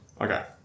Okay